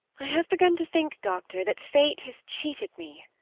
i have begun to think, doctor, that fate has cheated me.